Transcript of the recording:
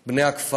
את בני הכפר,